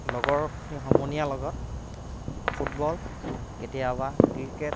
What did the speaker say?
লগৰখি সমনীয়াৰ লগত ফুটবল কেতিয়াবা ক্ৰিকেট